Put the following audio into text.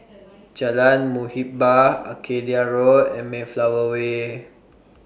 Jalan Muhibbah Arcadia Road and Mayflower Way